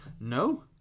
No